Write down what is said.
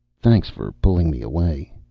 thanks for pulling me away.